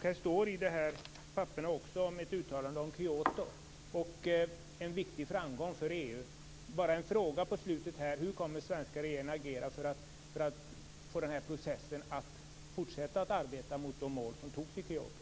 Det talas i papperna också om ett uttalande om Kyoto och om en viktig framgång för EU. Jag vill ställa en fråga. Hur kommer den svenska regeringen att agera för att få denna process att fortsätta, så att man arbetar mot de mål som antogs i Kyoto?